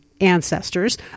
ancestors